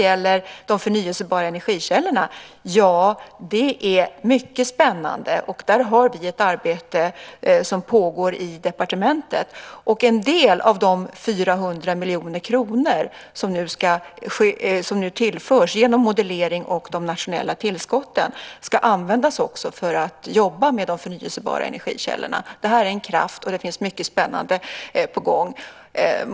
De förnyelsebara energikällorna är någonting mycket spännande, och där har vi ett arbete som pågår i departementet. En del av de 400 miljoner kronor som nu tillförs genom modellering och de nationella tillskotten ska användas för att jobba med de förnyelsebara energikällorna. Det är en kraft, och det finns mycket spännande på gång.